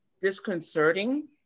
disconcerting